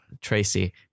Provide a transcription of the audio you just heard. Tracy